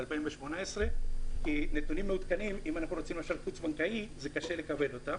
אני אומר את זה מראש כי בפעמים הקודמות זה יצא קצת בפיגור,